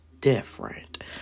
different